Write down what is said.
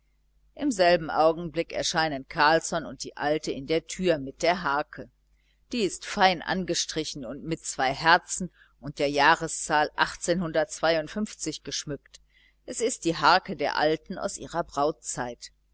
im selben augenblick erscheinen carlsson und die alte in der tür mit der harke die ist fein angestrichen und mit zwei herzen und der jahreszahl geschmückt es ist die harke der alten aus ihrer